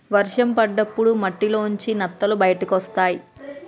వర్షం పడ్డప్పుడు మట్టిలోంచి నత్తలు బయటకొస్తయ్